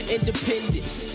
Independence